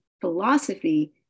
philosophy